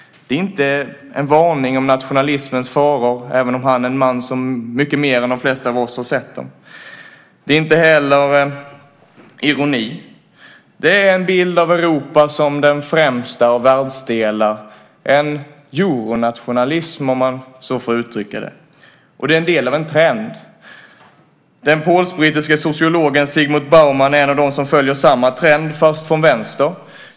Det är inte en varning om nationalismens faror, även om Carl Bildt är en man som i mycket högre grad än de flesta av oss har sett dem. Det är inte heller ironi. Det är en bild av Europa som den främsta av världsdelar, en Euronationalism, om man så får uttrycka det, och det är en del av en trend. Den polsk-brittiske sociologen Zygmunt Bauman är en av dem som följer samma trend, fast från vänster.